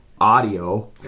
audio